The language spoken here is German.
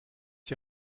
die